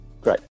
great